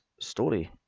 story